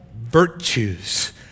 virtues